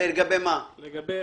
לגבי 581א,